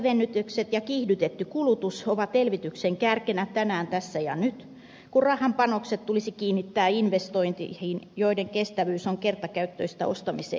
veronkevennykset ja kiihdytetty kulutus ovat elvytyksen kärkenä tänään tässä ja nyt kun rahan panokset tulisi kiinnittää investointeihin joiden kestävyys on kertakäyttöistä ostamisen iloa pidempi